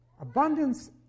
abundance